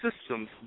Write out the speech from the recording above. systems